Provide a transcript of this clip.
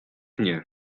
nie